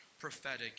prophetic